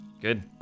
good